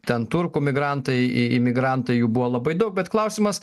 ten turkų migrantai imigrantai jų buvo labai daug bet klausimas